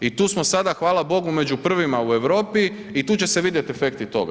I tu smo sad, hvala Bogu, među prvima u Europi i tu će se vidjeti efekti toga.